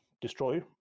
destroy